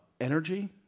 energy